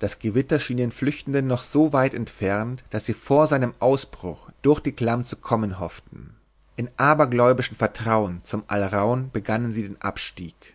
das gewitter schien den flüchtenden noch so weit entfernt daß sie vor seinem ausbruch durch die klamm zu kommen hofften in abergläubischem vertrauen zum alraun begannen sie den abstieg